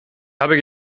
habe